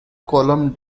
column